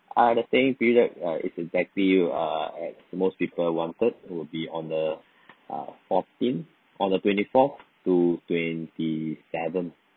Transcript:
ah the staying period err it's exactly err at most people wanted would be on the uh fourteenth on the twenty fourth to twenty seventh